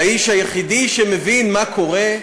האיש היחיד שמבין מה קורה,